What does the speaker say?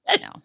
no